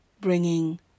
bringing